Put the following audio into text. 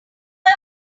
was